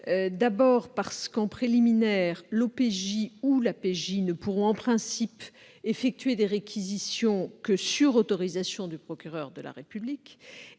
lors de l'enquête préliminaire, l'OPJ ou l'APJ pourront, en principe, effectuer des réquisitions uniquement sur autorisation du procureur de la République